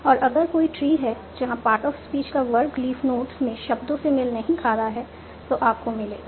और अगर कोई ट्री हैं जहां पार्ट ऑफ स्पीच का वर्ग लीफ नोड्स में शब्दों से मेल नहीं खा रहा है तो आपको मिलेगा